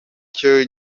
cyo